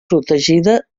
protegida